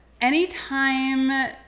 anytime